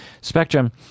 spectrum